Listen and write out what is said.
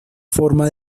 forma